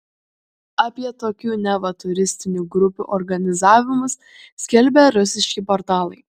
apie tokių neva turistinių grupių organizavimus skelbė rusiški portalai